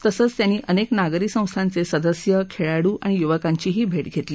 तसंच त्यांनी अनेक नागरी संस्थाचे सदस्य खेळाडू आणि युवकांची भेट घेतली